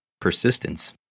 persistence